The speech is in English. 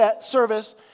service